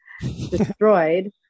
destroyed